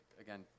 again